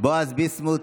בועז ביסמוט.